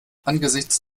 angesichts